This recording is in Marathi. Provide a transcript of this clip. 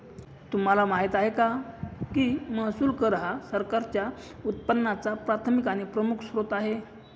तुम्हाला माहिती आहे का की महसूल कर हा सरकारच्या उत्पन्नाचा प्राथमिक आणि प्रमुख स्त्रोत आहे